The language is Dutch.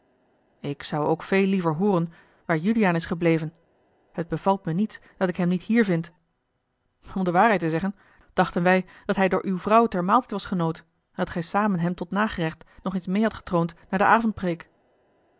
ik zou ook veel liever hooren waar juliaan is gebleven het bevalt me niets dat ik hem niet hier vind om de waarheid te zeggen dachten wij dat hij door uwe vrouw ter maaltijd was genood en dat gij samen hem tot nagerecht nog eens meê had getroond naar de